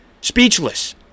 Speechless